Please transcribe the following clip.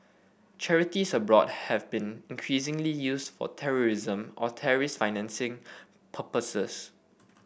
charities abroad have been increasingly used for terrorism or terrorist financing purposes